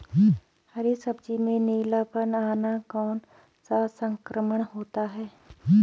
हरी सब्जी में पीलापन आना कौन सा संक्रमण होता है?